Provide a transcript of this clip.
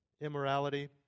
Immorality